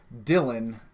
Dylan